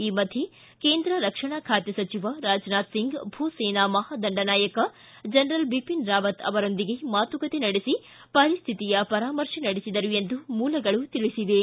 ಈ ಮಧ್ಯೆ ಕೇಂದ್ರ ರಕ್ಷಣಾ ಖಾತೆ ಸಚಿವ ರಾಜನಾಥ್ ಸಿಂಗ್ ಭೂಸೇನಾ ಮಹಾದಂಡನಾಯಕ ಜನರಲ್ ಬಿಪಿನ್ ರಾವತ್ ಅವರೊಂದಿಗೆ ಮಾತುಕತೆ ನಡೆಸಿ ಪರಿಸ್ಥಿತಿಯ ಪರಾಮರ್ಶೆ ನಡೆಸಿದರು ಎಂದು ಮೂಲಗಳು ತಿಳಿಸಿವೆ